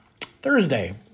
Thursday